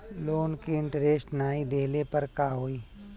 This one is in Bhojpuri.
लोन के इन्टरेस्ट नाही देहले पर का होई?